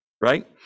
right